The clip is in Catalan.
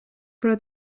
però